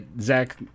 Zach